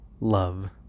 love